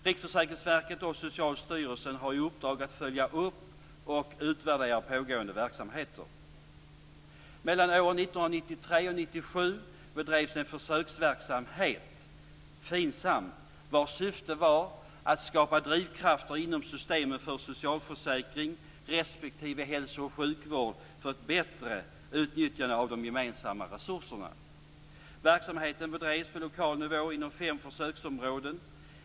Riksförsäkringsverket och Socialstyrelsen har i uppdrag att följa upp och utvärdera pågående verksamheter. Mellan åren 1993 och 1997 bedrevs en försöksverksamhet, FINSAM, vars syfte var att skapa drivkrafter inom systemen för socialförsäkring respektive hälso och sjukvård för ett bättre utnyttjande av de gemensamma resurserna. Verksamheten bedrevs på lokal nivå inom fem försöksområden.